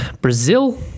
Brazil